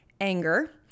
anger